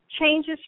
changes